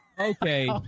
okay